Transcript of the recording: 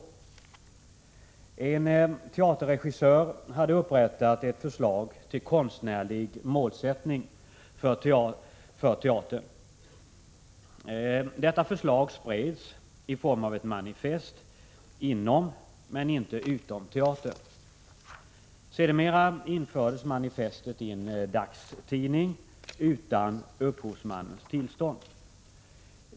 En teaterregissör hade upprättat ett förslag till konstnärlig målsättning för teatern. Detta förslag spreds i form av ett manifest inom, men inte utom, teatern. Sedermera infördes manifestet i en dagstidning utan upphovsmannens tillstånd.